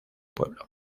pueblo